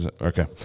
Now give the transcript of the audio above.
Okay